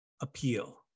appeal